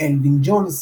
אלווין ג'ונס,